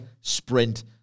sprint